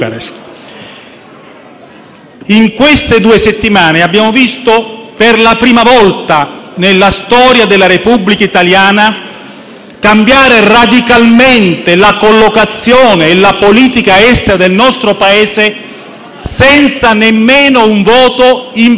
In queste due settimane abbiamo visto, per la prima volta nella storia della Repubblica italiana, cambiare radicalmente la collocazione e la politica estera del nostro Paese senza nemmeno un voto in Parlamento.